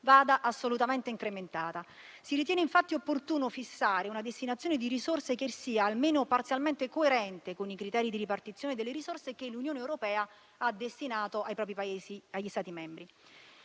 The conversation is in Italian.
vada assolutamente incrementata. Si ritiene infatti opportuno fissare una destinazione di risorse che sia almeno parzialmente coerente con i criteri di ripartizione delle risorse che l'Unione europea ha destinato agli Stati membri: